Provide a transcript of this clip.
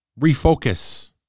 Refocus